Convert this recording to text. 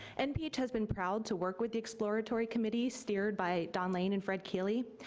nph has been proud to work with the exploratory committee steered by don lane and fred keeley.